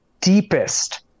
deepest